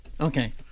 Okay